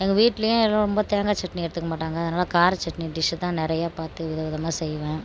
எங்கள் வீட்லேயும் ரொம்ப தேங்காய் சட்னி எடுத்துக்கமாட்டாங்கள் அதனால கார சட்னி டிஷ்ஷு தான் நிறையா பார்த்து வித விதமா செய்வேன்